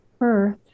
earth